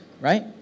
right